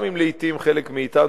גם אם לעתים חלק מאתנו,